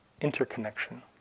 interconnection